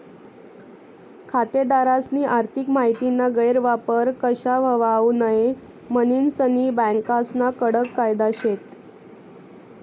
खातेदारस्नी आर्थिक माहितीना गैरवापर कशा व्हवावू नै म्हनीन सनी बँकास्ना कडक कायदा शेत